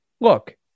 look